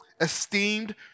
esteemed